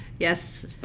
Yes